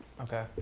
Okay